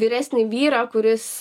vyresnį vyrą kuris